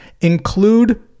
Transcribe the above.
Include